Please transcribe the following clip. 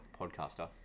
podcaster